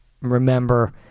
remember